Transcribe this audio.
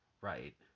right